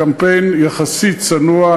קמפיין יחסית צנוע.